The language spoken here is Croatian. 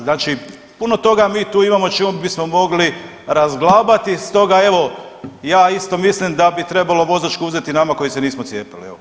Znači puno toga mi tu imamo o čemu bismo mogli razglabati stoga evo, ja isto mislim da bi trebalo vozačku uzeti nama koji se nismo cijepili.